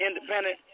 independent